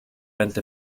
ante